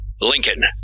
Lincoln